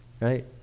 Right